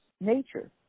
nature